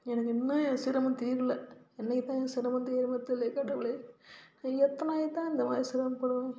எனக்கு இன்னும் சிரமம் தீரல என்றைக்கித்தான் என் சிரமம் தீருமோ தெரிலயே கடவுளே நான் எத்தனை நாளைக்குத்தான் இந்தமாதிரி சிரமப்படுவேன்